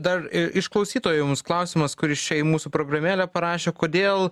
dar iš klausytojo jums klausimas kuris čia į mūsų programėlę parašė kodėl